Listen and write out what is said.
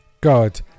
God